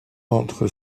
entre